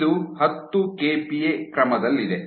ಇದು ಹತ್ತು ಕೆಪಿಎ ಕ್ರಮದಲ್ಲಿದೆ